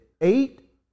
eight